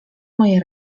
moje